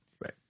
Right